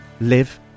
live